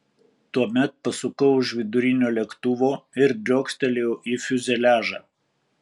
tuomet pasukau už vidurinio lėktuvo ir driokstelėjau į fiuzeliažą